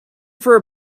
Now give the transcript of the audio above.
for